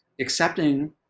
accepting